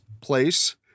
place